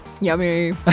Yummy